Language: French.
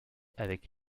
avec